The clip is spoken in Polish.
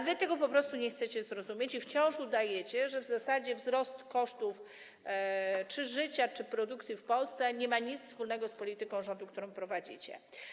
Wy tego po prostu nie chcecie zrozumieć i wciąż udajecie, że w zasadzie wzrost kosztów życia czy produkcji w Polsce nie ma nic wspólnego z polityką rządu, którą prowadzicie.